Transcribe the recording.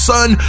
Sun